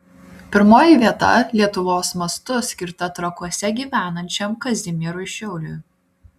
pirmoji vieta lietuvos mastu skirta trakuose gyvenančiam kazimierui šiauliui